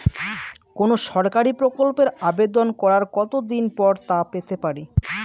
কোনো সরকারি প্রকল্পের আবেদন করার কত দিন পর তা পেতে পারি?